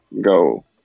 Go